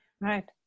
Right